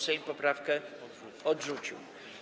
Sejm poprawkę odrzucił.